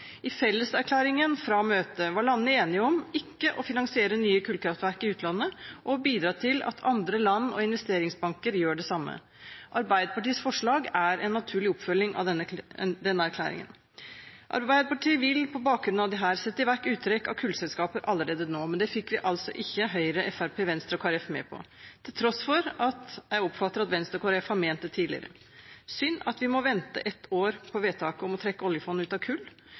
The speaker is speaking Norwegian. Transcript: I felleserklæringen fra møtet var landene enige om ikke å finansiere nye kullkraftverk i utlandet og å bidra til at andre land og investeringsbanker gjør det samme. Arbeiderpartiets forslag er en naturlig oppfølging av denne erklæringen. Arbeiderpartiet vil på bakgrunn av dette sette i verk uttrekk av kullselskaper allerede nå. Men det fikk vi altså ikke Høyre, Fremskrittspartiet, Venstre og Kristelig Folkeparti med på, til tross for at jeg oppfatter at Venstre og Kristelig Folkeparti har ment dette tidligere. Det er synd at vi må vente ett år på vedtaket om å trekke oljefondet ut av kull.